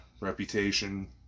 reputation